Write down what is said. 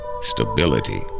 Stability